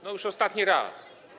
No, już ostatni raz.